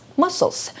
muscles